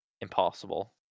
impossible